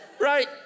Right